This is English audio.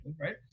right